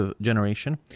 generation